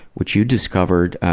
which you discovered,